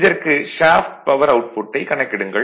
இதற்கு shaft power அவுட்புட்டைக் கணக்கிடுங்கள்